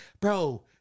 Bro